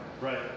Right